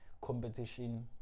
competition